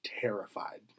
terrified